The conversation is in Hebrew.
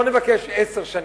לא נבקש עשר שנים,